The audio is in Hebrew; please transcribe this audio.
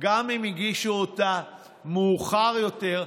גם אם הגישו אותה מאוחר יותר,